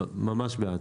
ממש בעד.